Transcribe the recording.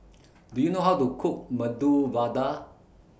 Do YOU know How to Cook Medu Vada